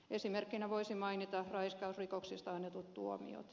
esimerkkinä voisi mainita raiskausri koksista annetut tuomiot